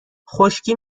خشکی